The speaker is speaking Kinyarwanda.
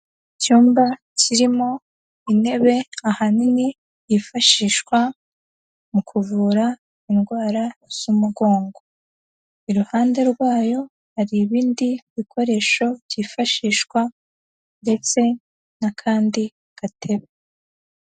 Icyumba kirimo intebe ahanini yifashishwa mu kuvura indwara z'umugongo, i ruhande rwayo hari ibindi bikoresho byifashishwa ndetse n'akandi gatebe.